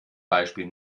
beispiel